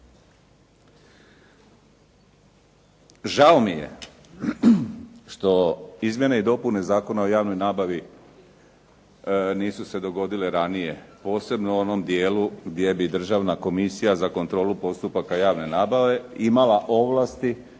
Žao mi je što izmjene i dopune Zakona o javnoj nabavi nisu se dogodile ranije. Posebno u onom dijelu gdje bi Državna komisija za kontrolu postupaka javne nabave imala ovlasti